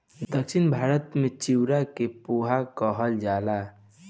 दक्षिण भारत में चिवड़ा के पोहा कहल जाला